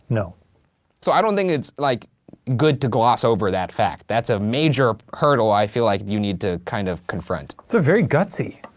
no. so i don't think it's like good to gloss over that fact, that's a major hurdle i feel like you need to kind of confront. it's very gutsy,